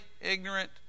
ignorant